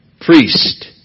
priest